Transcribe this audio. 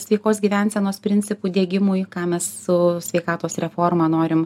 sveikos gyvensenos principų diegimui ką mes su sveikatos reforma norim